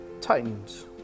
Titans